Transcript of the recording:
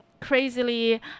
crazily